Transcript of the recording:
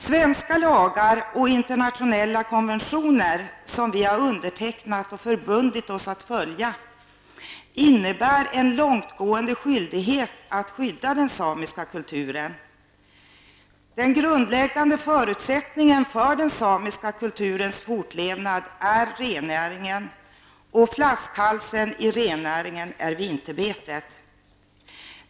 Svenska lagar och internationella konventioner som vi undertecknat och förbundit oss att följa innebär en långtgående skyldighet att skydda den samiska kulturen. Den grundläggande förutsättningen för den samiska kulturens fortlevnad är rennäringen. Flaskhalsen i rennäringen är vinterbetet.